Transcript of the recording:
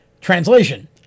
Translation